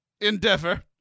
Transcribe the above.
endeavor